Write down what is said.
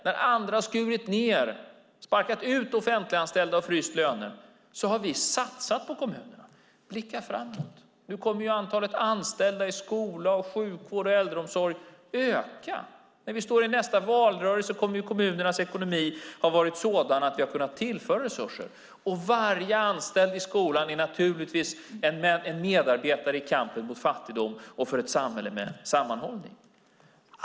När andra har skurit ned, sparkat ut offentliganställda och fryst lönen har vi satsat på kommunerna, blickat framåt. Nu kommer antalet anställda i skola, sjukvård och äldreomsorg att öka. När vi står inför nästa valrörelse kommer kommunernas ekonomi att ha varit sådan att vi har kunnat tillföra resurser. Varje anställd i skolan är naturligtvis en medarbetare i kampen mot fattigdom och för ett samhälle med en sammanhållning.